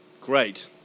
Great